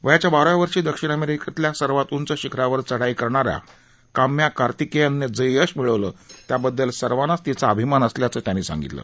वयाच्या बाराव्या वर्षी दक्षिण अमेरिकेतल्या सर्वात उंच शिखरावर चढाई करणाऱ्या काम्या कार्तिकेयनं जे यश मिळवलं त्याबद्दल सर्वांनाच तिचा अभिमान असल्याचं त्यांनी सांगितलं